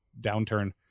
downturn